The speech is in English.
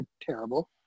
terrible